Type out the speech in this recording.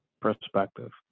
perspective